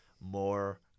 more